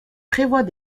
prévoit